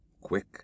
Quick